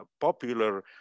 popular